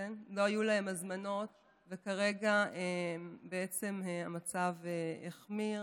וכרגע בעצם המצב החמיר.